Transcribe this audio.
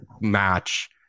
match